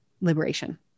liberation